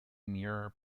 mirror